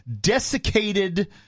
desiccated